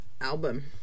album